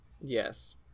yes